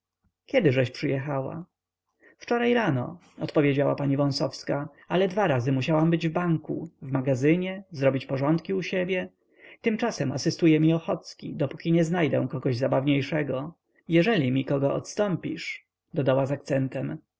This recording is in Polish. kiedyżeś przyjechała wczoraj rano odpowiedziała pani wąsowska ale dwa razy musiałam być w banku w magazynie zrobić porządki u siebie tymczasem asystuje mi ochocki dopóki nie znajdę kogoś zabawniejszego jeżeli mi kogo odstąpisz dodała z akcentem